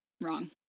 wrong